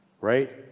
Right